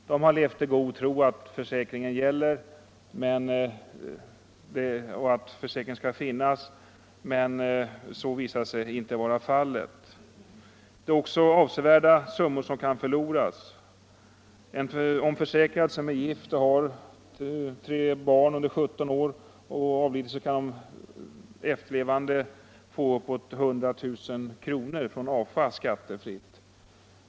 De har levat i god tro att försäkringen finns och gäller, men det visar sig inte vara fallet. Det är också avsevärda summor som kan förloras. Om en försäkrad som är gift och har tre barn under 17 år avlider kan de efterlevande få uppåt 100 000 kr. från AFA skattefritt.